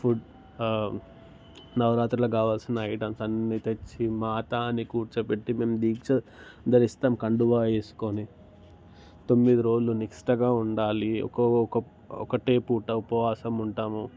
food నవరాత్రులకు కావాల్సిన items అన్నీ తెచ్చి మాతని కూర్చోపెట్టి మేము దీక్ష ధరిస్తాం కండువా వేసుకొని తొమ్మిది రోజులు నిష్టగా ఉండాలి ఒక ఒక ఒకటే పూట ఉపవాసం ఉంటాము